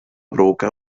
provocar